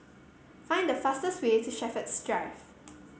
find the fastest way to Shepherds Drive